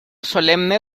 solemne